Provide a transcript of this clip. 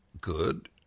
good